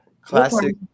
Classic